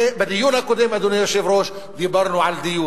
בדיון הקודם, אדוני היושב-ראש, דיברנו על דיור.